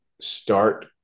start